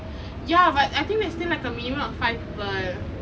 ya but I think there's still like a minimum of five people